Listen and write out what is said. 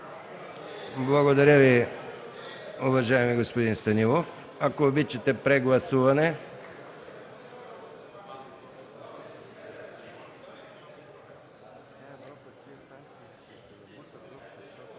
Благодаря Ви, уважаеми господин Станилов. Ако обичате, прегласуване.